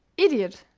idiot!